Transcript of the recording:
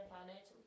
financially